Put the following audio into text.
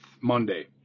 Monday